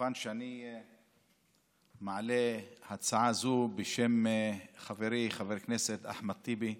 אני מעלה הצעה זו בשם חברי חבר הכנסת אחמד טיבי,